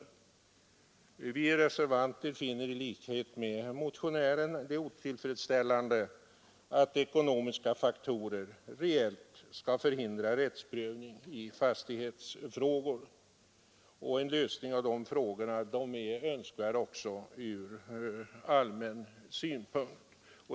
I likhet med motionären finner vi det otillfredsställande att ekonomiska faktorer reellt skall förhindra rättsprövning i fastighetsfrågor. En lösning av dessa frågor kan ofta vara önskvärd ur allmän synpunkt.